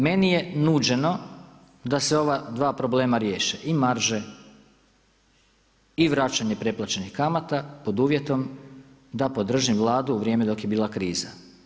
Meni je nuđeno da se ova dva problema riješe i marže i vraćanje preplaćenih kamata pod uvjetom da podržim Vladu u vrijeme dok je bila kriza.